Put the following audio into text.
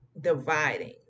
dividing